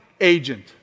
agent